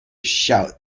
shout